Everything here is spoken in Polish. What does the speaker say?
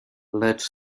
lecz